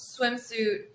swimsuit